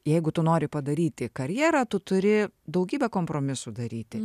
jeigu tu nori padaryti karjerą tu turi daugybę kompromisų daryti